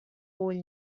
ull